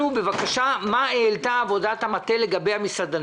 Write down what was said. בבקשה מה העלתה עבודת המטה לגבי המסעדנים.